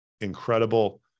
incredible